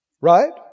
Right